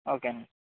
okay అండీ